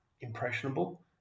impressionable